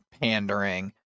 pandering